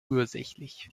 ursächlich